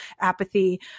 apathy